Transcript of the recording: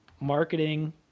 marketing